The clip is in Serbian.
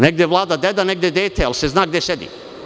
Negde vlada deda, negde dete, ali se zna gde sedi.